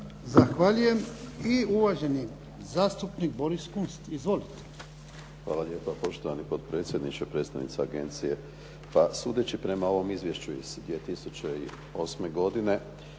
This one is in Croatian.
Zahvaljujem. I uvaženi zastupnik Boris Kunst. Izvolite. **Kunst, Boris (HDZ)** Hvala lijepa poštovani potpredsjedniče i predstavnica agencije. Pa sudeći prema ovom izvješću iz 2008. godine